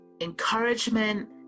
encouragement